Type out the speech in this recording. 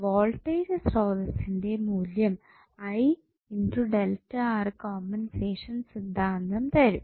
voltage സ്രോതസ്സിന്റെ മൂല്യം compensation സിദ്ധാന്തം തരും